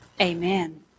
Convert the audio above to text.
Amen